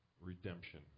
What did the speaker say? redemption